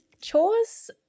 chores